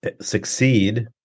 succeed